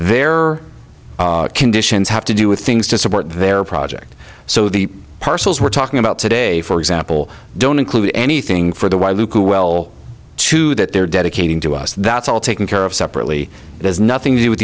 there are conditions have to do with things to support their project so the parcels we're talking about today for example don't include anything for the while loop to well to that they're dedicating to us that's all taken care of separately it has nothing to do with